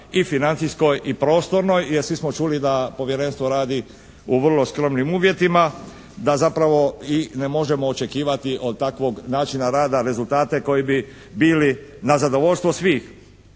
i financijskoj i prostornoj jer svi smo čuli da povjerenstvo radi o vrlo skromnim uvjetima, da zapravo i ne možemo očekivati od takvog načina rada rezultate koji bi bili na zadovoljstvo svih.